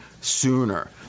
sooner